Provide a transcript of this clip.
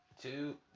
two